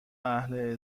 اهل